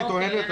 היא טוענת,